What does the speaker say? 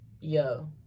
Yo